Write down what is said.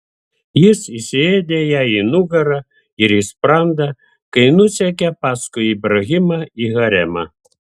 jis įsiėdė jai į nugarą ir į sprandą kai nusekė paskui ibrahimą į haremą